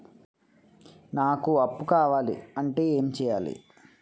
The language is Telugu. నాకు అప్పు కావాలి అంటే ఎం చేయాలి?